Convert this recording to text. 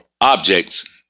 objects